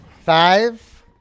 Five